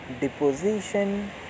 deposition